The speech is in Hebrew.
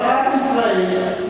הדת בישראל,